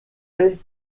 fait